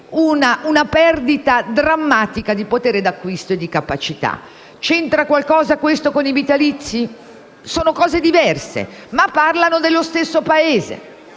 una perdita drammatica di potere d'acquisto e di capacità. C'entra qualcosa questo con i vitalizi? Sono cose diverse, ma parlano dello stesso Paese.